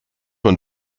man